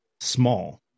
small